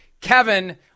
Kevin